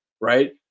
right